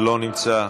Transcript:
לא נמצא,